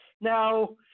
Now